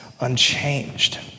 unchanged